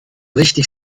richtig